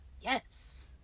yes